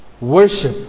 Worship